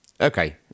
Okay